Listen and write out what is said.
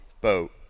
boat